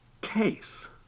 case